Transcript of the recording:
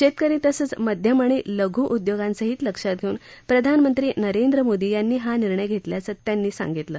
शेतकरी तसंच मध्यम आणि लघु उद्योगांचं हित लक्षात घेऊन प्रधानमंत्री नरेंद्र मोदी यांनी हा निर्णय घेतल्याचं त्यांनी सांगितलं